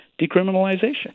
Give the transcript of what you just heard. decriminalization